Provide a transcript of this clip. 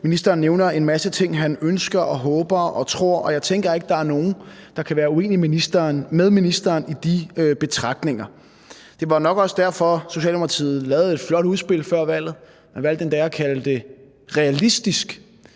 Ministeren nævner en masse ting, han ønsker og håber og tror, og jeg tænker ikke, at der er nogen, der kan være uenige med ministeren i de betragtninger. Det var nok også derfor, Socialdemokratiet lavede et flot udspil før valget. Man valgte endda at kalde det realistisk.